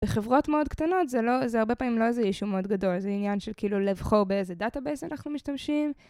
בחברות מאוד קטנות זה לא, זה הרבה פעמים לא איזה אישו מאוד גדול, זה עניין של כאילו לבחור באיזה דאטאבייס אנחנו משתמשים.